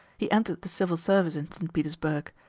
he entered the civil service in st. petersburg,